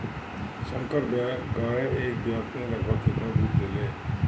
संकर गाय एक ब्यात में लगभग केतना दूध देले?